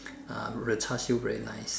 uh the Char siew very nice